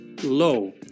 low